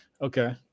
Okay